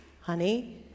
honey